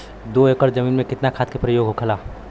दो एकड़ जमीन में कितना खाद के प्रयोग होखेला?